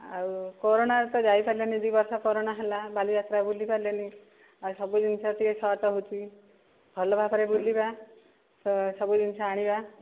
ଆଉ କୋରୋନାରେ ତ ଯାଇପାରିଲେନି ଦୁଇ ବର୍ଷ କୋରୋନା ହେଲା ବାଲିଯାତ୍ରା ବୁଲିପାରିଲେନି ଆଉ ସବୁଜିନିଷ ଟିକେ ସଟ୍ ହେଉଛି ଭଲ ଭାବରେ ବୁଲିବା ତ ସବୁ ଜିନିଷ ଆଣିବା